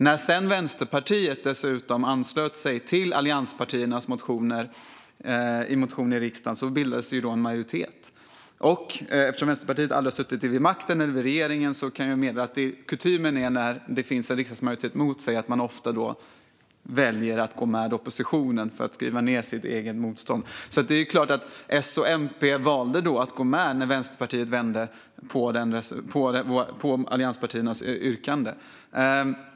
När dessutom Vänsterpartiet anslöt till allianspartiernas motion i riksdagen bildades en majoritet. Eftersom Vänsterpartiet aldrig har suttit i regeringen kan jag meddela att kutym när man har en riksdagsmajoritet emot sig är att man väljer att gå med oppositionen, för att skriva ned motståndet mot sig själv. När Vänsterpartiet vände valde alltså S och MP att gå med på allianspartiernas yrkande.